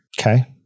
Okay